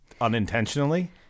unintentionally